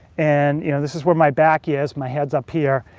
and you know, this is where my back is, my head's up here,